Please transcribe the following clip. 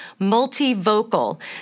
multivocal